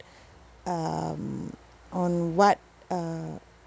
um on what uh